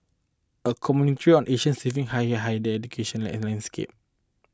a commentary on Asia's shifting higher hidden education and landscape